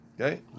Okay